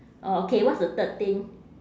orh okay what's the third thing